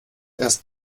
erst